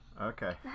okay